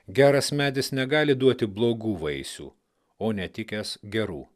geras medis negali duoti blogų vaisių o netikęs gerų